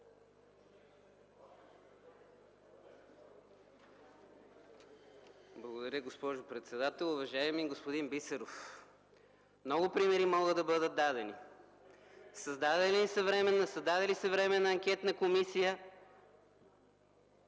Благодаря, госпожо председател. Уважаеми господин Бисеров, много примери могат да бъдат дадени. Създаде ли се Временна анкетна комисия